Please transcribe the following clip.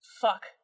fuck